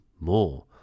more